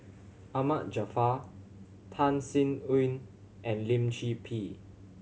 Ahmad Jaafar Tan Sin Aun and Lim Chor Pee